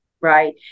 right